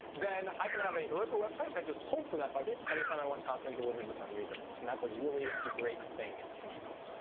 then i can have a heroku website that just pulls from that bucket anytime i want content delivered to some user. and that's a really great thing to use.